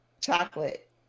Chocolate